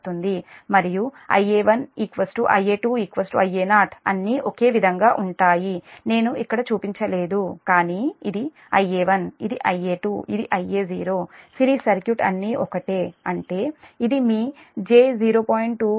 మరియు Ia1 Ia2 Ia0 అన్నీ ఒకే విధంగా ఉంటాయి నేను ఇక్కడ చూపించలేదు కానీ ఇది Ia1 ఇది Ia2 ఇది Ia0 సిరీస్ సర్క్యూట్ అన్నీ ఒకటే అంటే ఇది మీ j0